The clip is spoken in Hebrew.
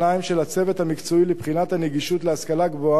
של הצוות המקצועי לבחינת נגישות ההשכלה הגבוהה